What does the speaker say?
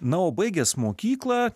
na o baigęs mokyklą